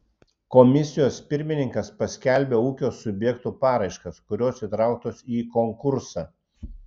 komisijos pirmininkas paskelbia ūkio subjektų paraiškas kurios įtrauktos į konkursą